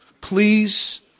Please